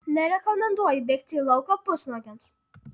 nerekomenduoju bėgti į lauką pusnuogiams